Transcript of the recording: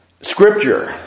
Scripture